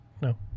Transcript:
No